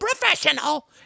professional